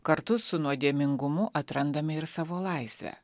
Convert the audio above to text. kartu su nuodėmingumu atrandame ir savo laisvę